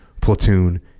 platoon